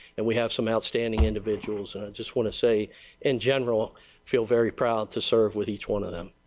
and we have some outstanding individuals. and i just want to say in general feel very proud to serve with each one of them.